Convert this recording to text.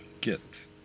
get